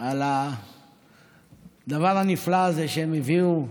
על הדבר הנפלא הזה שהם הביאו,